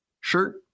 shirt